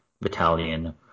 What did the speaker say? battalion